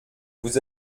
vous